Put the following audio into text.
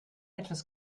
etwas